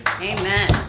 Amen